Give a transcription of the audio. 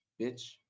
bitch